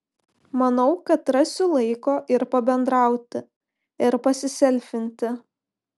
manau kad rasiu laiko ir pabendrauti ir pasiselfinti